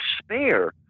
despair